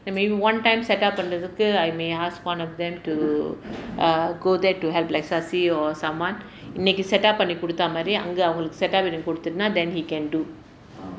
then maybe one time set up பண்றதுக்கு:pandrathukku I may ask one of them to err go there to help like sasi or someone இன்னைக்கு:innaikku set up பண்ணி கொடுத்த மாதிரி அங்க அவங்களுக்கு:panni kodutha maathiri anga avangalukku set up பண்ணி கொடுத்தோம்ன்னா:panni koduthomnnaa then he can do